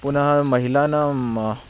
पुनः महिलानां